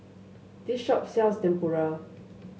this shop sells Tempura